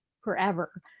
forever